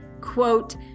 quote